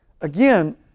Again